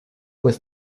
pues